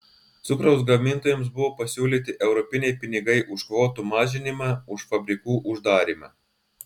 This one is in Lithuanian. cukraus gamintojams buvo pasiūlyti europiniai pinigai už kvotų mažinimą už fabrikų uždarymą